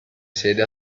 sede